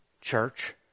church